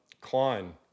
Klein